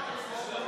ההצעה